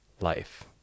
life